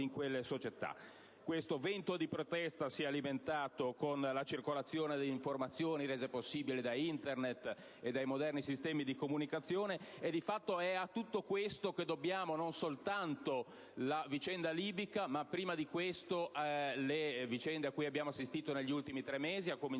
in quelle società. Questo vento di protesta si è alimentato con la circolazione delle informazioni rese possibile da Internet e dai moderni sistemi di comunicazione, e di fatto è a tutto questo che dobbiamo non soltanto la vicenda libica, ma prima di questo le vicende a cui abbiamo assistito negli ultimi tre mesi, a cominciare